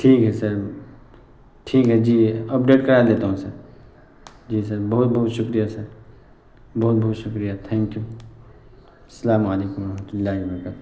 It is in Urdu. ٹھیک ہے سر ٹھیک ہے جی اپڈیٹ کرا دیتا ہوں سر جی سر بہت بہت شکریہ سر بہت بہت شکریہ تھینک یو السلام علیکم و رحمتہ اللہ و برکاتہ